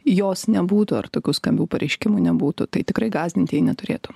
jos nebūtų ar tokių skambių pareiškimų nebūtų tai tikrai gąsdinti jie neturėtų